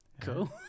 cool